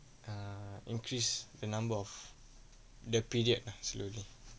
err increase the number of the period ah slowly